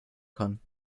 kann